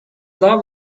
love